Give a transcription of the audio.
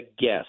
guess